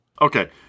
Okay